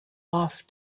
off